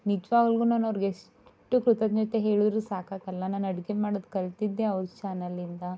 ನಿಜವಾಗ್ಲುಗು ನಾನು ಅವ್ರ್ಗೆ ಎಷ್ಟು ಕೃತಜ್ಞತೆ ಹೇಳಿದ್ರು ಸಾಕಾಗೋಲ್ಲ ನಾನು ಅಡಿಗೆ ಮಾಡೋದು ಕಲಿತಿದ್ದೆ ಅವ್ರ ಚಾನಲ್ಲಿಂದ